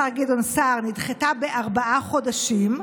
השר גדעון סער, נדחתה בארבעה חודשים,